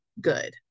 good